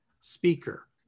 speaker